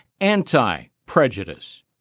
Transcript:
anti-prejudice